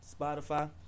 Spotify